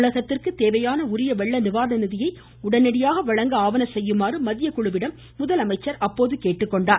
தமிழகத்திற்கு தேவையான உரிய வெள்ள நிவாரண நிதியை உடனடியாக வழங்க ஆவன செய்யுமாறு மத்திய குழுவிடம் கேட்டுக்கொண்டார்